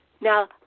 Now